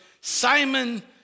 Simon